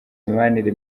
mibanire